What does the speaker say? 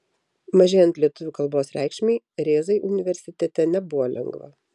mažėjant lietuvių kalbos reikšmei rėzai universitete nebuvo lengva